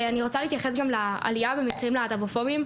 אני רוצה להתייחס לעלייה במקרים להט"בופובים,